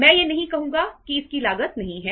मैं यह नहीं कहूंगा कि इसकी लागत नहीं है